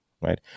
right